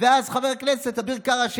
ואז חבר הכנסת אביר קארה,